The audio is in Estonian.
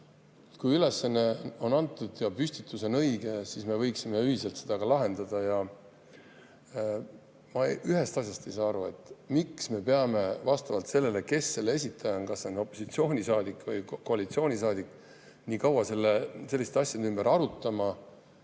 Kui ülesanne on antud ja püstitus on õige, siis me võiksime ühiselt seda ka lahendada. Ma ühest asjast ei saa aru: miks me peame vastavalt sellele, kes on esitaja, kas opositsioonisaadik või koalitsioonisaadik, nii kaua selliste asjade ümber arutama?